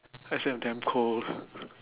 I said I'm damn cold